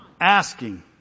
asking